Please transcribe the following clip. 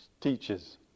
teachers